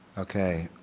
okay.